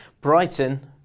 Brighton